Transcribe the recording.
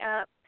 up